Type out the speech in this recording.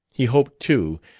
he hoped, too,